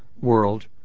world